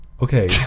Okay